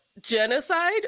genocide